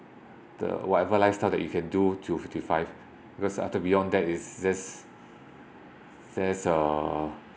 the whatever lifestyle that you can do till fifty five because after beyond that is there's there's a